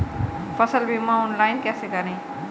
फसल बीमा ऑनलाइन कैसे करें?